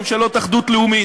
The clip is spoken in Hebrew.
ממשלות אחדות לאומית,